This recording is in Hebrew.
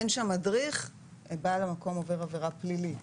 אין שם מדריך, בעל המקום עבור עבירה פלילית.